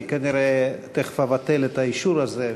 אני כנראה תכף אבטל את האישור הזה,